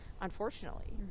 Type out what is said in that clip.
Unfortunately